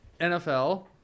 NFL